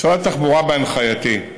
משרד התחבורה, בהנחייתי,